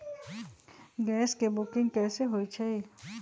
Gas के booking कैसे होईछई?